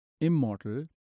immortal